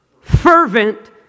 fervent